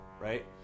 Right